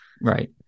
right